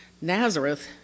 Nazareth